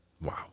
Wow